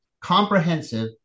comprehensive